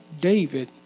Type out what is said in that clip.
David